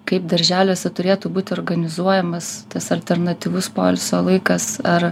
kaip darželiuose turėtų būti organizuojamas tas alternatyvus poilsio laikas ar